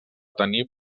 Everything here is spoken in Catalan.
tenir